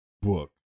book